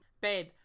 Babe